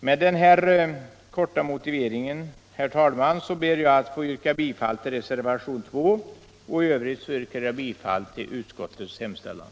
Med den här korta motiveringen, herr talman, ber jag att få yrka bifall till reservationen 2 och i övrigt bifall till utskottets hemställan.